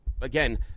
Again